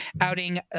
outing